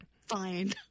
Fine